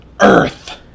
Earth